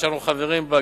שאנו חברים בה,